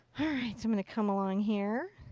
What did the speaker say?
alright. so i'm going to come along here.